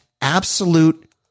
absolute